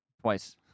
twice